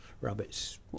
rabbits